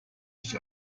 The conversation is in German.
sich